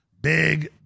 big